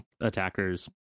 attackers